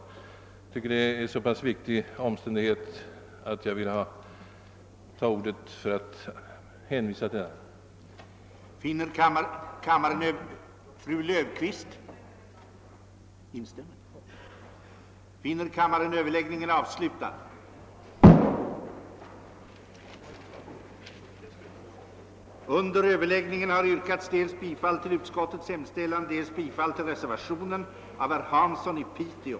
Jag tycker att denna utväg är så pass viktig i detta sammanhang att jag ville särskilt hänvisa till dess existens.